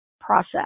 process